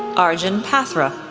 arjun patra,